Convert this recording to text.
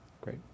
Great